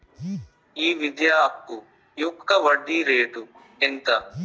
ఈ విద్యా అప్పు యొక్క వడ్డీ రేటు ఎంత?